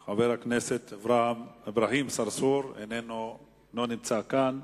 את חבר הכנסת אברהים צרצור, לא נמצא כאן.